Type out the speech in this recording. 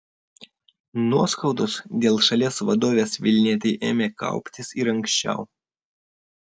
nuoskaudos dėl šalies vadovės vilnietei ėmė kauptis ir anksčiau